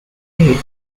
hey